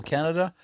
Canada